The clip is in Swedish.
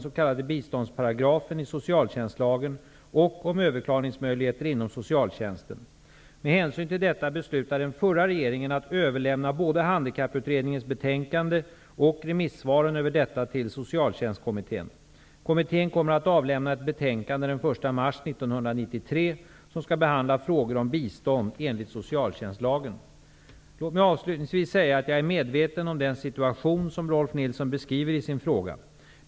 Med hänsyn till detta beslutade den förra regeringen att överlämna både Kommittén kommer att avlämna ett betänkande den 1 mars 1993, som skall behandla frågor om bistånd enligt socialtjänstlagen. Låt mig avslutningsvis säga att jag är medveten om den situation som Rolf L Nilson beskriver i sin fråga.